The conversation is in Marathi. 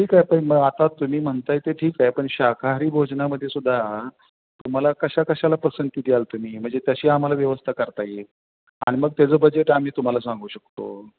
ठीक आहे पण मग आता तुम्ही म्हणताय ते ठीक आहे पण शाकाहारी भोजनामध्ये सुद्धा तुम्हाला कशा कशाला पसंती द्याल तुम्ही म्हणजे तशी आम्हाला व्यवस्था करता येईल आणि मग त्याचं बजेट आम्ही तुम्हाला सांगू शकतो